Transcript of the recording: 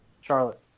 Charlotte